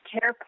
care